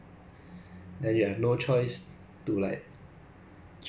ya but you see ah team effort versus individual effort